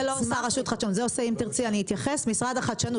את זה לא עושה רשות לחדשנות, אלא משרד החדשנות.